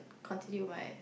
continue with my